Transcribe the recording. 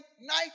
night